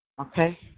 okay